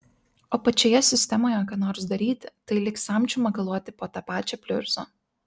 o pačioje sistemoje ką nors daryti tai lyg samčiu makaluoti po tą pačią pliurzą